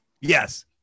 Yes